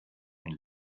den